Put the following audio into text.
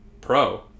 Pro